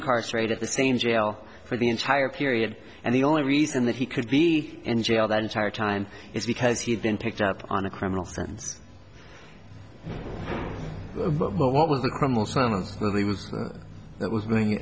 incarcerated the same jail for the entire period and the only reason that he could be in jail that entire time is because he'd been picked up on a criminal sentence what was the criminal summons really was that was being